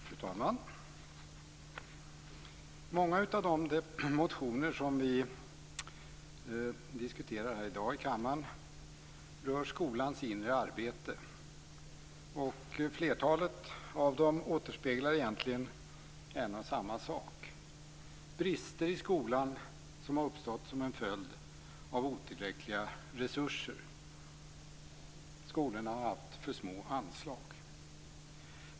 Fru talman! Många av de motioner som vi diskuterar här i dag i kammaren rör skolans inre arbete. Flertalet av dem återspeglar egentligen en och samma sak; brister i skolan som har uppstått som en följd av otillräckliga resurser. Skolorna har haft för små anslag.